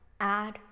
add